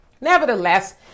Nevertheless